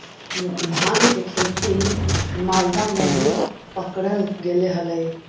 भाँग के खेती मालदा में भी पकडल गेले हलई